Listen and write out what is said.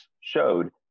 showed